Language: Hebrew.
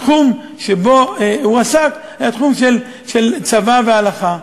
התחום שבו הוא עסק היה תחום של צבא והלכה.